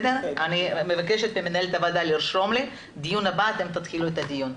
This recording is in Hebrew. אני מבקשת ממנהלת הוועדה לרשום לי שבדיון הבא אתם תתחילו את הדיון.